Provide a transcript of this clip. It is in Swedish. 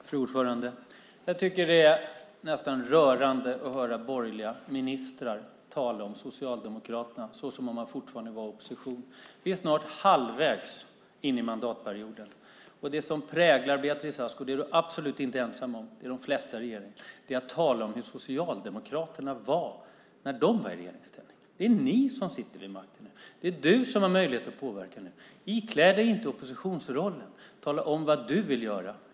Fru talman! Jag tycker att det nästan är rörande att höra borgerliga ministrar tala om Socialdemokraterna såsom om man fortfarande var i opposition. Vi är snart halvvägs in i mandatperioden, och det som präglar Beatrice Ask - och det är du absolut inte ensam om, utan det gäller de flesta i regeringen - är att du talar om hur Socialdemokraterna var när de var i regeringsställning. Det är ni som sitter vid makten nu. Det är du som har möjlighet att påverka nu. Ikläd dig inte oppositionsrollen! Tala om vad du vill göra!